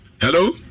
Hello